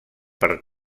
per